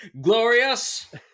glorious